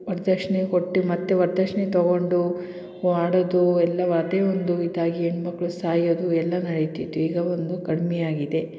ವರದಕ್ಷ್ಣೆ ಕೊಟ್ಟು ಮತ್ತು ವರದಕ್ಷ್ಣೆ ತೊಗೊಂಡು ಮಾಡೋದು ಎಲ್ಲ ಅದೇ ಒಂದು ಇದಾಗಿ ಹೆಣ್ಮಕ್ಳು ಸಾಯೋದು ಎಲ್ಲ ನಡಿತಿತ್ತು ಈಗ ಒಂದು ಕಡಿಮೆಯಾಗಿದೆ